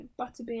butterbeer